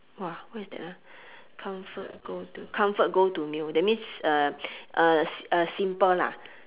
!whoa! what is that ah comfort go to comfort go to meal that means uh uh uh simple lah